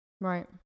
Right